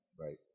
Right